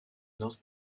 north